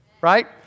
Right